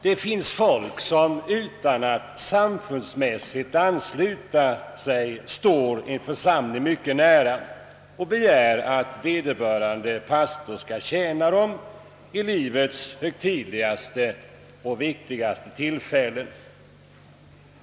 Det finns folk som utan att samfundsmässigt ansluta sig står en församling mycket nära och begär att vederbörande pastor skall tjäna dem vid livets högtidligaste och viktigaste tillfällen.